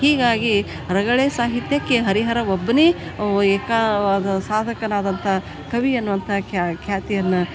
ಹೀಗಾಗಿ ರಗಳೆ ಸಾಹಿತ್ಯಕ್ಕೆ ಹರಿಹರ ಒಬ್ಬನೇ ವೊ ಏಕಾವಾದ ಸಾಧಕನಾದಂಥ ಕವಿ ಅನ್ನುವಂಥ ಖ್ಯಾತಿಯನ್ನು